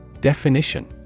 Definition